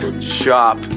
shop